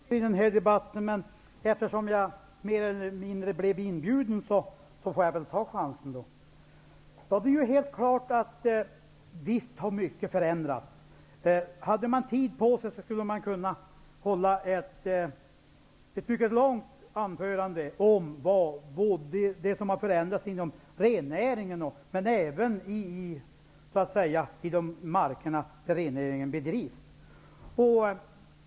Herr talman! Jag hade inte tänkt säga något mera i denna debatt. Men eftersom jag mer eller mindre blev inbjuden, får jag väl ta chansen. Visst har mycket förändrats. Om man hade tid på sig skulle man kunna hålla ett mycket långt anförande om det som har förändrats inom rennäringen men även i de marker där rennäringen bedrivs.